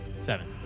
Seven